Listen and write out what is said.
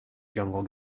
jungle